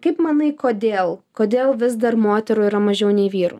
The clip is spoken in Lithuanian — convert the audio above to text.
kaip manai kodėl kodėl vis dar moterų yra mažiau nei vyrų